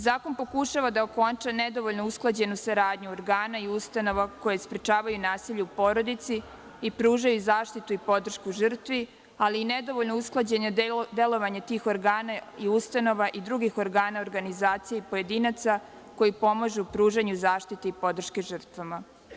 Zakon pokušava da okonča nedovoljno usklađenu saradnju organa i ustanova koje sprečavaju nasilje u porodici i pruža zaštitu i podršku žrtvi, ali nedovoljno usklađeno delovanja tih organa i ustanova i drugih organa i organizacije i pojedinaca koji pomažu pružanju i zaštiti i podrške žrtvama.